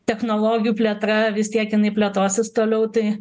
technologijų plėtra vis tiek jinai plėtosis toliau tai